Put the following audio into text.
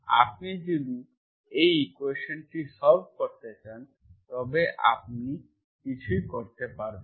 আপনি যদি এই ইকুয়েশন্টি সল্ভ করতে চান তবে আপনি কিছুই করতে পারবেন না